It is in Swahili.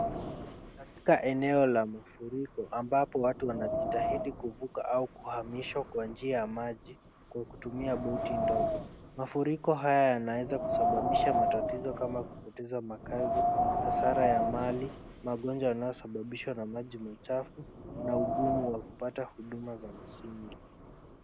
Katika eneo la mafuriko ambapo watu wanajitahidi kuvuka au kuhamishwa kwa njia ya maji kwa kutumia boti ndogo, mafuriko haya yanaweza kusababisha matatizo kama kupoteza makazi, hasara ya mali, magonjwa yanayosababishwa na maji machafu na ugumu wa kupata huduma za msingi.